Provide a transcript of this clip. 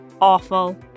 awful